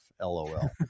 LOL